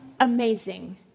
Amazing